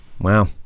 Wow